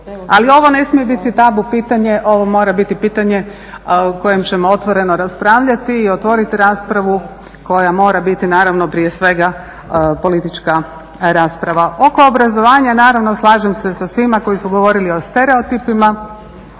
Ali ovo ne smije biti tabu pitanje, ovo mora biti pitanje o kojem ćemo otvoreno raspravljati i otvoriti raspravu koja mora biti naravno prije svega politička rasprava. Oko obrazovanja naravno slažem se sa svima koji su govorili o stereotipima,